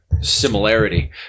similarity